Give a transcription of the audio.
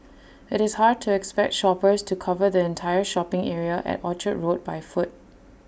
IT is hard to expect shoppers to cover the entire shopping area at Orchard road by foot